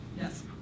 Yes